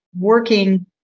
working